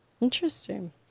Interesting